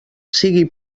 sigui